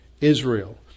Israel